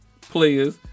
players